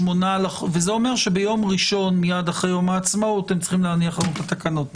וזה אומר שביום ראשון מיד אחרי יום העצמאות צריכים להניח לנו את התקנות.